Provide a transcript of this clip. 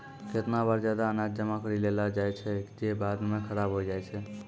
केतना बार जादा अनाज जमा करि लेलो जाय छै जे बाद म खराब होय जाय छै